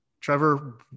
Trevor